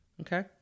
Okay